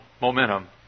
momentum